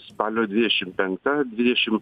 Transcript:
spalio dvidešim penkta dvidešim